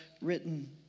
written